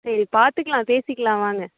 சரி பார்த்துக்கலாம் பேசிக்கலாம் வாங்க